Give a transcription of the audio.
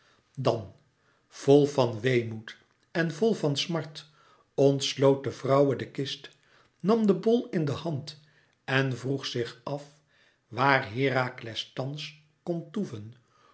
dan vol van weemoed en vl van smart ontsloot de vrouwe de kist nam de bol in de hand en vroeg zich af waar herakles thans kon toeven